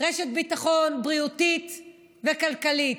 רשת ביטחון בריאותית וכלכלית.